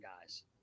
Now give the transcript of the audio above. guys